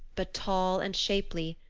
but tall and shapely.